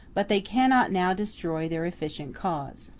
but they cannot now destroy their efficient cause.